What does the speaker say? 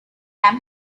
dam